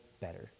better